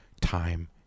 Time